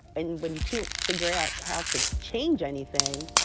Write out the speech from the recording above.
and when you can't figure out how to change anything,